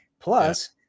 Plus